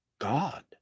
God